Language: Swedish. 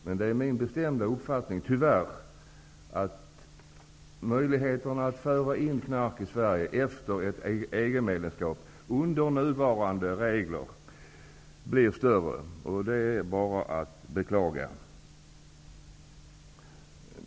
Men det är tyvärr min bestämda uppfattning att möjligheterna att föra in knark i Sverige efter ett EG-medlemskap, med nuvarande regler, blir större. Det är bara att beklaga.